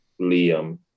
Liam